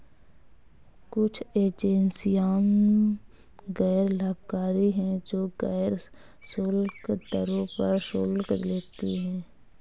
कुछ एजेंसियां गैर लाभकारी हैं, जो गैर शुल्क दरों पर शुल्क लेती हैं